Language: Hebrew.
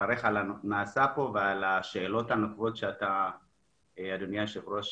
לברך על הדיון שמתקיים כאן ועל השאלות הנוקבות ששאל אדוני היושב ראש.